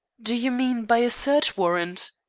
do you mean by a search warrant?